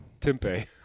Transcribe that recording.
Tempe